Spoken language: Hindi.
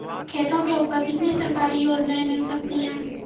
खेतों के ऊपर कितनी सरकारी योजनाएं मिल सकती हैं?